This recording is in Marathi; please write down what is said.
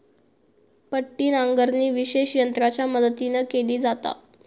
पट्टी नांगरणी विशेष यंत्रांच्या मदतीन केली जाता